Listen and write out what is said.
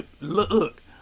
Look